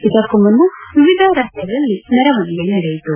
ಇದಕ್ಕೂ ಮುನ್ನ ವಿವಿಧ ರಸ್ತೆಗಳಲ್ಲಿ ಮೆರವಣಿಗೆ ನಡೆಯಿತು